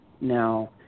Now